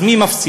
אז מי מפסיד?